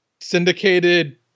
syndicated